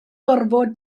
gorfod